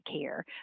care